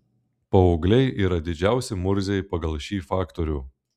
paaugliai yra didžiausi murziai pagal šį faktorių